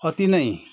अति नै